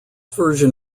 version